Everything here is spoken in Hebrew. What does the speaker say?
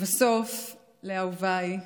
ולבסוף לאהוביי,